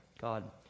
God